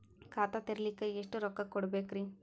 ಖಾತಾ ತೆರಿಲಿಕ ಎಷ್ಟು ರೊಕ್ಕಕೊಡ್ಬೇಕುರೀ?